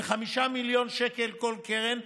ב-5 מיליון שקל כל קרן,